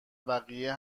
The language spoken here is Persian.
بقیه